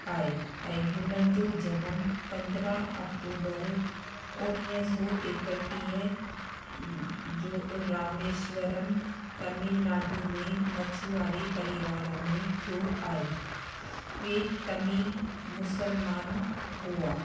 आहे ऐं हुननि जो जनम पंद्रहं अक्टूबर उणिवीह सौ एकटीह जो रामेश्वरम तमिल नाडू में मछुआरे परिवार में थियो आहे उहे तमिल मुसलमान हुआ